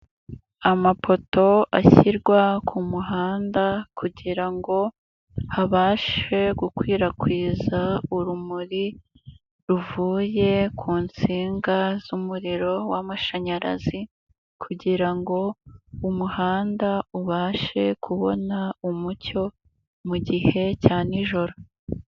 Amapoto ashyirwa ku kumuhanda kugirango habashe gukwirakwiza urumuri ruvuye ku nsinga z'umuriro wamashanyarazi, kugira ngo umuhanda ubashe kubona umucyo, mu gihe cya nijoro.